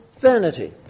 vanity